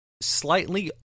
slightly